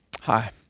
Hi